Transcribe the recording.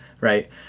Right